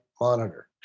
monitor